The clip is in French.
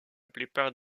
plupart